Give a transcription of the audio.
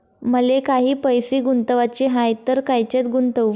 मले काही पैसे गुंतवाचे हाय तर कायच्यात गुंतवू?